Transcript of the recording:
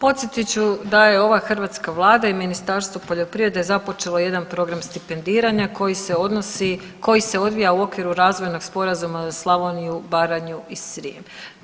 Podsjetit ću da je ova hrvatska vlada i Ministarstvo poljoprivrede započelo jedan program stipendiranja koji se odnosi, koji se odvija u okviru razvojnog sporazuma za Slavoniju, Baranju i Srijem.